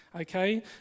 okay